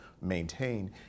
maintain